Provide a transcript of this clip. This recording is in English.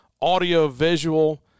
audio-visual